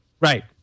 Right